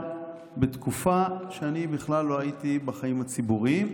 בתקופה שבכלל לא הייתי בחיים הציבוריים.